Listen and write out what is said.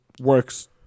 works